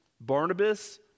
Barnabas